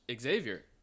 Xavier